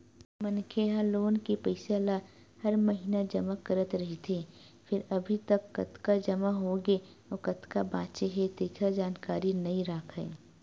मनखे ह लोन के पइसा ल हर महिना जमा करत रहिथे फेर अभी तक कतका जमा होगे अउ कतका बाचे हे तेखर जानकारी नइ राखय